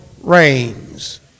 reigns